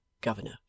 governor